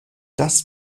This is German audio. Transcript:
das